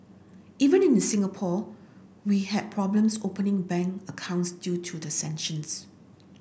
even inner Singapore we had problems opening bank accounts due to the sanctions